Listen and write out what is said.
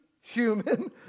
human